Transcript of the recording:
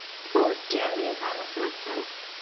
full as dearely as i loue my selfe